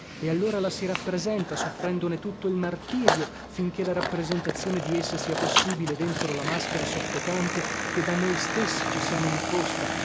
e allora la si rappresenta soffrendone tutto il martirio finché la rappresentazione di essa sia possibile dentro la maschera soffocante che da noi stessi ci siamo imposta